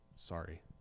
Sorry